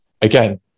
again